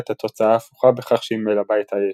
את התוצאה ההפוכה בכך שהיא מלבה את האש.